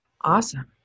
awesome